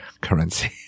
currency